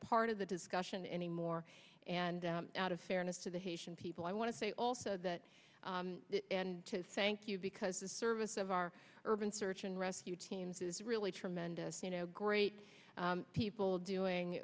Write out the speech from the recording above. part of the discussion anymore and out of fairness to the haitian people i want to say also that thank you because the service of our urban search and rescue teams is really tremendous you know great people doing